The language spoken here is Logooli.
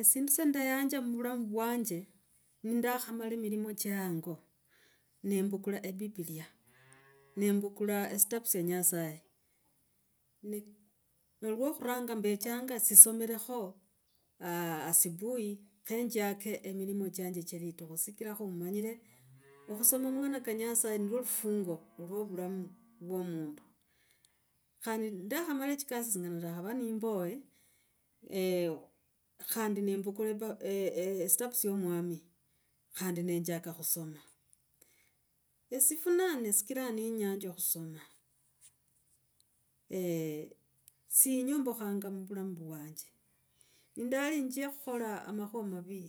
Egindu sya ndayanja mbulamu vwanje, nindakhamala milimo cha hango nembukula ebiblia nembukula esitavu sya nyasaye. Ne nelokhuranga mbetsanga sisomrekho asubuhi. Kho njaka emirimo chanje che litukhu. Sikra khumanyre akhusoma mang’ana ka nyasaye nilwa lufunguo lwo ovulamu vwa omundu khandi nindakhamala chikasi singana nakhava nemboe, eeh. Khandi nimbukula sitavu sya omwami khandi nenjaka khusoma, esifunaa nesikiraa nenyanja khusoma sinyombokhanga muvulamu vwanje nindalinji khokhala amakhuva mavi